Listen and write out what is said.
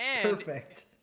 Perfect